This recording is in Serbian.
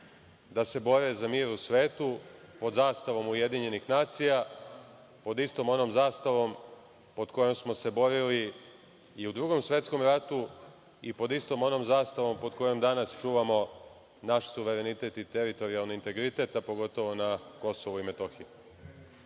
da se bore za mir u svetu pod zastavom UN, pod istom onom zastavom pod kojom smo se borili i u Drugom svetskom ratu i pod istom onom zastavom pod kojom danas čuvamo naš suverenitet i teritorijalni integritet, a pogotovo na KiM.